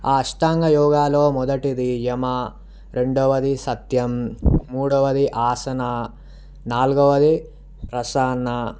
ఆ అష్టాంగ యోగాలో మొదటిది యమా రెండవది సత్యం మూడొవది ఆసనా నాల్గవది ప్రసన్నా